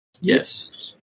Yes